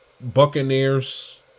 Buccaneers